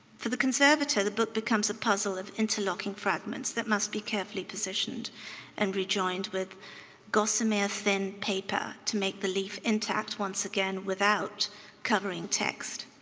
for the conservator, the book becomes a puzzle of interlocking fragments that must be carefully positioned and rejoined with gossamer thin paper to make the leaf intact once again without covering text,